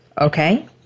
Okay